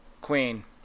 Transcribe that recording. Queen